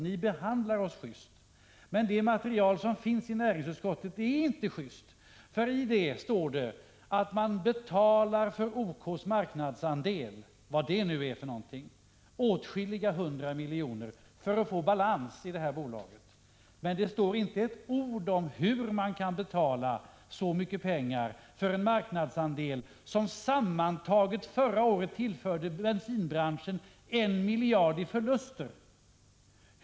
Ni behandlar oss just, men det material som finns i näringsutskottet är inte just. I detta material står att man betalar för OK:s marknadsandel — vad det nu är för något — hundratals miljoner för att få balans i bolaget. Men det står inte ett ord om hur man kan betala så mycket pengar för en marknadsandel som förra året sammantaget tillförde bensinbranschen 1 miljard kronor i förluster.